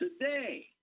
today